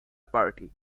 party